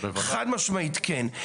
חד משמעית כן.